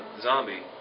Zombie